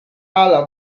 ala